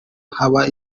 haba